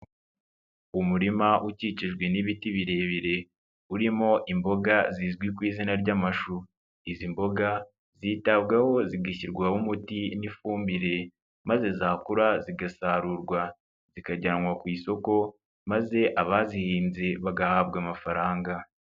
Umurima ukikijwe n'ibiti birebire urimo imboga zizwi ku izina ry'amashu, izi mboga zitabwaho zigashyirwaho umuti n'ifumbire maze zakura zigasarurwa, zikajyanwa ku isoko maze abazihinze bagahabwa amafaranga.